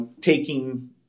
taking